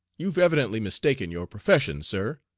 you've evidently mistaken your profession, sir.